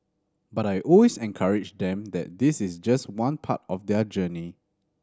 but I always encourage them that this is just one part of their journey